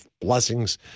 blessings